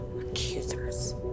Accusers